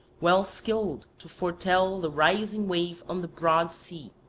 well skilled to foretell the rising wave on the broad sea,